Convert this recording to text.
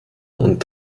und